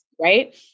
Right